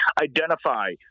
identify